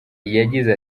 yagize